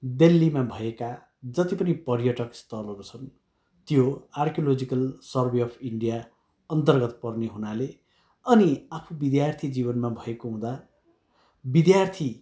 दिल्लीमा भएका जति पनि पर्यटक स्थलहरू छन् त्यो आर्किलोजिकल सर्भे अफ् इन्डिया अन्तर्गत पर्ने हुनाले अनि आफू विद्यार्थी जीवनमा भएको हुँदा विद्यार्थी